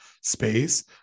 space